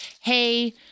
hey